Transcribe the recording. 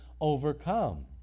overcome